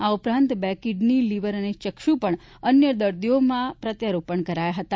આ ઉપરાંત બે કીડની લીવર અને ચક્ષુ પણ અન્ય દર્દીઓમાં પ્રત્યારોપણ કરાયું હતું